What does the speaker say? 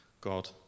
God